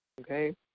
okay